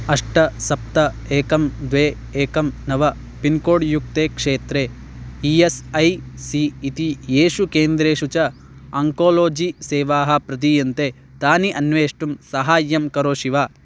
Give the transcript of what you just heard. अष्ट सप्त एकं द्वे एकं नव पिन्कोड् युक्ते क्षेत्रे ई एस् ऐ सी इति येषु केन्द्रेषु च आङ्कोलोजि सेवाः प्रदीयन्ते तानि अन्वेष्टुं सहाय्यं करोषि वा